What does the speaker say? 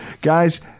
Guys